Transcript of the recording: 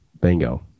Bingo